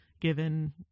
given